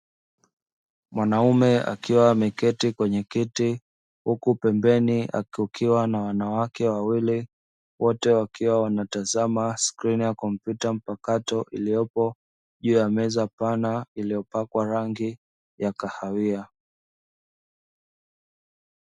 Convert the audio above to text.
Mwanaume akiwa ameketi kwenye kiti huku pembeni kukiwa na wanawake wawili wote wakiwa wanatazama screen ya kompyuta mpakato iliyopo juu ya meza pana iliyopakwa rangi ya kahawia.